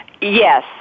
Yes